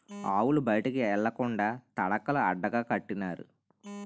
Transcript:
ఆవులు బయటికి ఎల్లకండా తడకలు అడ్డగా కట్టినారు